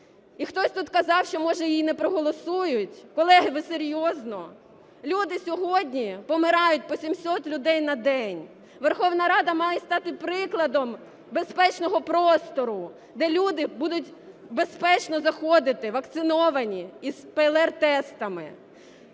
І хтось тут казав, що, може, її не проголосують. Колеги, ви серйозно? Люди сьогодні помирають, по 700 людей на день. Верховна Рада має стати прикладом безпечного простору, де люди будуть безпечно заходити, вакциновані і з ПЛР-тестами.